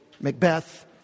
Macbeth